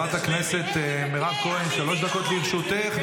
חברת הכנסת מירב כהן, שלוש דקות לרשותך.